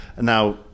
now